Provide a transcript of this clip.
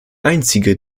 einzige